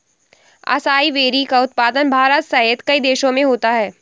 acai berry का उत्पादन भारत सहित कई देशों में होता है